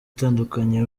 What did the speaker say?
atandukanye